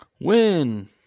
Win